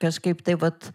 kažkaip tai vat